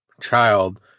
child